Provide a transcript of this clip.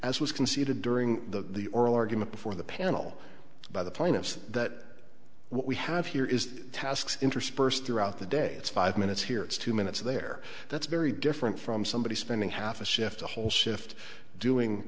as was conceded during the oral argument before the panel by the plaintiffs that what we have here is tasks interspersed throughout the day it's five minutes here it's two minutes there that's very different from somebody spending half a shift a whole shift doing